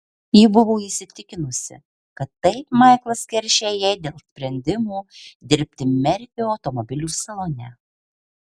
ji buvo įsitikinusi kad taip maiklas keršija jai dėl sprendimo dirbti merfio automobilių salone